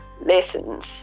lessons